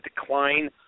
decline